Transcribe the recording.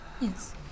Yes